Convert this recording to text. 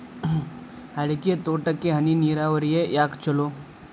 ಅಡಿಕೆ ತೋಟಕ್ಕ ಹನಿ ನೇರಾವರಿಯೇ ಯಾಕ ಛಲೋ?